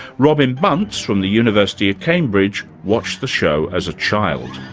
robin bunce, from the university of cambridge watched the show as a child.